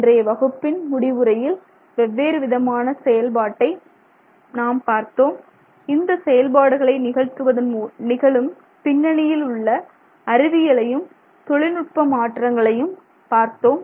இன்றைய வகுப்பில் முடிவுரையில் வெவ்வேறு விதமான செயல்பாட்டை நாம் பார்த்தோம் இந்த செயல்பாடுகளை நிகழ்த்துவதன் நிகழும் பின்னணியில் உள்ள அறிவியலையும் தொழில்நுட்ப மாற்றங்களையும் பார்த்தோம்